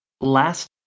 last